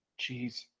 Jeez